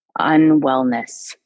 unwellness